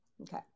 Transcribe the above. okay